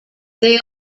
they